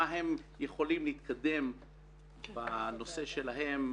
במה הם יכולים להתקדם בנושא שלהם,